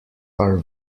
are